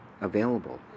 available